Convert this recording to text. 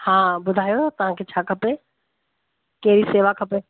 हा ॿुधायो तव्हांखे छा खपे कहिड़ी शेवा खपे